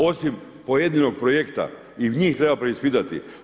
Osim pojedinog projekta i njih treba preispitati.